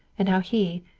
and how he,